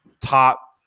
top